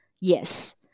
Yes